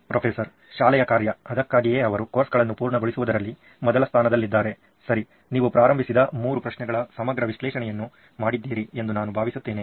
professor ಶಾಲೆಯ ಕಾರ್ಯ ಇದಕ್ಕಾಗಿಯೇ ಅವರು ಕೋರ್ಸ್ಗಳನ್ನು ಪೂರ್ಣಗೊಳಿಸುವುದರಲ್ಲಿ ಮೊದಲ ಸ್ಥಾನದಲ್ಲಿದ್ದಾರೆ ಸರಿ ನೀವು ಪ್ರಾರಂಭಿಸಿದ ಮೂರು ಪ್ರಶ್ನೆಗಳ ಸಮಗ್ರ ವಿಶ್ಲೇಷಣೆಯನ್ನು ಮಾಡಿದ್ದೀರಿ ಎಂದು ನಾನು ಭಾವಿಸುತ್ತೇನೆ